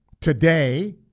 today